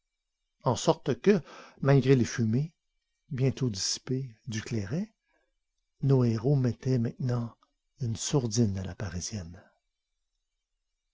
en sorte que malgré les fumées bientôt dissipées du clairet nos héros mettaient maintenant une sourdine à la parisienne